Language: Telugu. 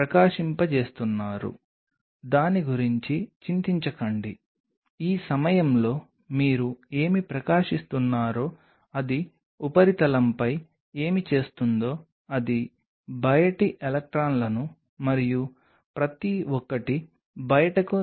కాబట్టి సహజమైన వాటి గురించి చెప్పాలంటే collagen matrix protein extracellular matrix protein గురించి మనకు తెలుసు ఇది సెల్కి సెల్ మరియు సెల్ మధ్య ఎంకరేజ్ని నిర్ధారించడంలో చాలా ప్రబలంగా ఉంటుంది మరియు కొల్లాజెన్ అనేక రకాలను కలిగి ఉంటుంది